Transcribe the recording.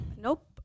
Nope